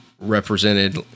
represented